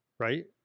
Right